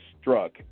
struck